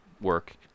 work